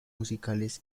musicales